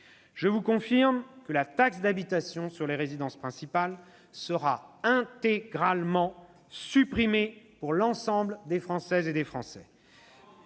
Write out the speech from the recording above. Je vous confirme que la taxe d'habitation sur les résidences principales sera intégralement supprimée pour l'ensemble des Français. » Quand